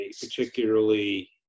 particularly